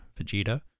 Vegeta